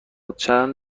چند